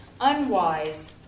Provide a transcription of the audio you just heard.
unwise